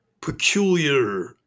peculiar